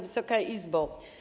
Wysoka Izbo!